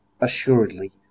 assuredly